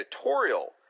editorial